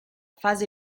fase